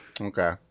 Okay